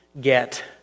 get